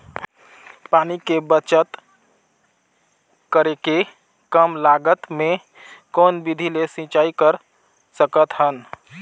पानी के बचत करेके कम लागत मे कौन विधि ले सिंचाई कर सकत हन?